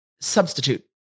substitute